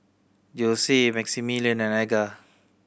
Jose Maximillian and Edgar